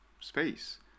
space